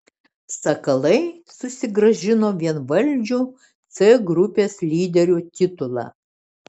sakalai susigrąžino vienvaldžių c grupės lyderių titulą